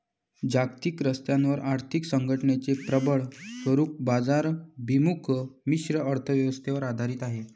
जागतिक स्तरावर आर्थिक संघटनेचे प्रबळ स्वरूप बाजाराभिमुख मिश्र अर्थ व्यवस्थेवर आधारित आहे